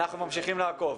אנחנו ממשיכים לעקוב.